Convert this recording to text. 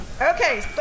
Okay